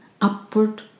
upward